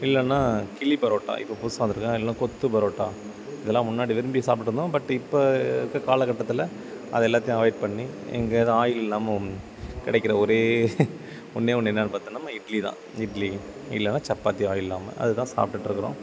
இல்லைனா கிழி பரோட்டா இப்போ புதுசாக வந்திருக்கு இல்லைனா கொத்து பரோட்டா இதெல்லாம் முன்னாடி விரும்பி சாப்பிட்டுட்ருந்தோம் பட் இப்போ இருக்கற காலகட்டத்தில் அது எல்லாத்தையும் அவாய்ட் பண்ணி எங்கேயாது ஆயில் இல்லாமல் கிடைக்கிற ஒரே ஒன்றே ஒன்று என்னென்னு பார்த்தா நம்ம இட்லி தான் இட்லி இல்லைனா சப்பாத்தி ஆயில் இல்லாமல் அது தான் சாப்பிட்டுட்ருக்குறோம்